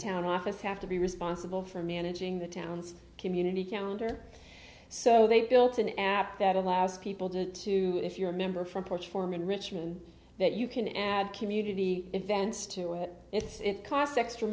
town office have to be responsible for managing the town's community counter so they built an app that allows people to to if you're a member from porch form in richmond that you can add community events to it it's it costs extra